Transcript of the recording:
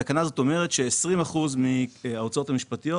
התקנה הזאת אומרת שהגוף המוסדי צריך לשאת ב-20% מההוצאות המשפטיות.